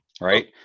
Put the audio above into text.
right